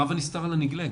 רב הנסתר על הנגלה,